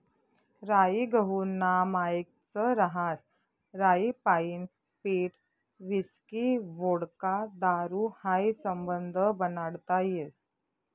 राई गहूना मायेकच रहास राईपाईन पीठ व्हिस्की व्होडका दारू हायी समधं बनाडता येस